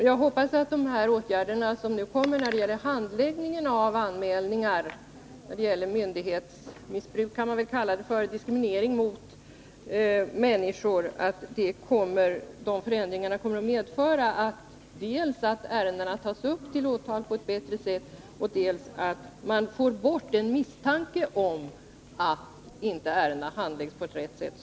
Jag hoppas att de åtgärder som nu kommer att vidtas när det gäller handläggningen av anmälningar om myndighetsmissbruk — jag vill kalla det så —-i form av diskriminering av människor skall medföra dels att ärendena tas upp till åtal på ett bättre sätt, dels att man får bort den misstanke som finns om att ärendena inte handläggs på ett riktigt sätt.